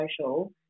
social